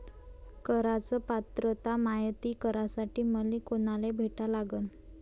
कराच पात्रता मायती करासाठी मले कोनाले भेटा लागन?